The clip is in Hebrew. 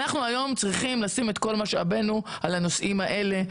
אנחנו היום צריכים לשים את כל משאבינו על הנושאים האלה.